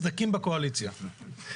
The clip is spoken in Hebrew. סדקים בקואליציה...